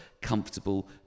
comfortable